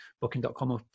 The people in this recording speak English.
Booking.com